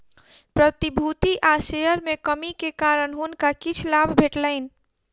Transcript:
प्रतिभूति आ शेयर में कमी के कारण हुनका किछ लाभ भेटलैन